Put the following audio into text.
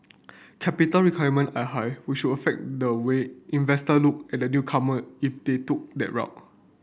capital requirement are high which would affect the way investor looked at the newcomer if they took that route